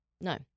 No